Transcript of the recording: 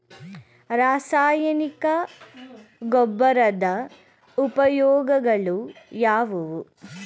ರಾಸಾಯನಿಕ ಗೊಬ್ಬರದ ಉಪಯೋಗಗಳು ಯಾವುವು?